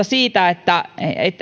siitä että